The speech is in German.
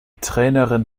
trainerin